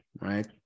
Right